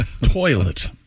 Toilet